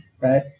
right